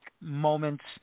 moments